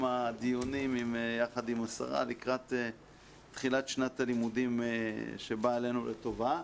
הדיונים יחד עם השרה לקראת תחילת שנת הדיונים שבאה עלינו לטובה,